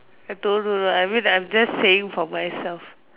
I told you right I mean I'm just saying for myself